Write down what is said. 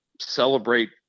celebrate